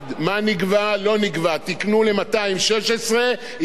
תיקנו ל-216, יגמרו ב-214.